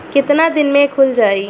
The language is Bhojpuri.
कितना दिन में खुल जाई?